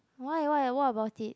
why why what about it